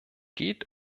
geht